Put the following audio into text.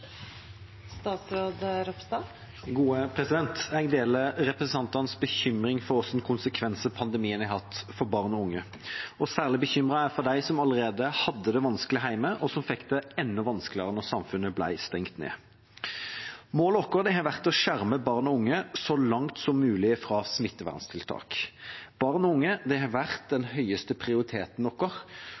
Jeg deler representantenes bekymring for hvilke konsekvenser pandemien har hatt for barn og unge. Særlig bekymret er jeg for dem som allerede hadde det vanskelig hjemme, og som fikk det enda vanskeligere da samfunnet ble stengt ned. Målet vårt har vært å skjerme barn og unge mot smitteverntiltak så langt som mulig. Barn og unge har vært den høyeste prioriteten